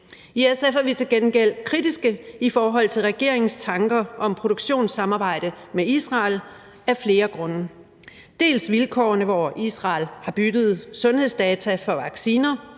grunde til gengæld kritiske i forhold til regeringens tanker om et produktionssamarbejde med Israel. Det er vi bl.a. på grund af det vilkår, at Israel har byttet sundhedsdata for vacciner,